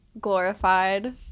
glorified